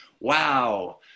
wow